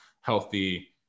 healthy